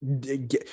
get